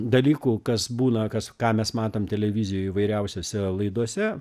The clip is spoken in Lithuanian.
dalykų kas būna kas ką mes matom televizijoj įvairiausiose laidose